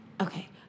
Okay